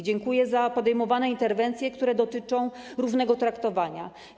Dziękuję za podejmowane interwencje, które dotyczą równego traktowania.